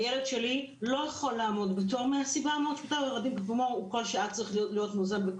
הילד שלי לא יכול לעמוד בתור מהסיבה המאוד פשוטה,